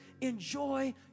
enjoy